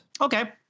Okay